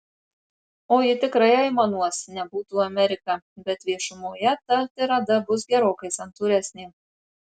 o ji tikrai aimanuos nebūtų amerika bet viešumoje ta tirada bus gerokai santūresnė